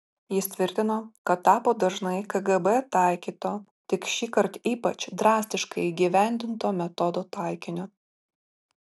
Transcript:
jis tvirtino kad tapo dažnai kgb taikyto tik šįkart ypač drastiškai įgyvendinto metodo taikiniu